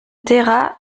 terrats